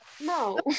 No